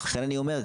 לכן אני אומר,